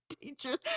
teachers